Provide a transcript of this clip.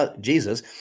Jesus